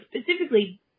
specifically